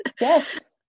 yes